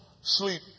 sleep